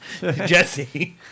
Jesse